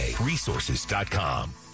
resources.com